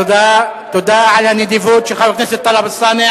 תודה על הנדיבות של חבר הכנסת טלב אלסאנע.